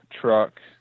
truck